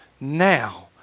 now